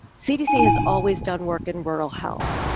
cdc has always done work in rural health,